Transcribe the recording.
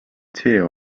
tear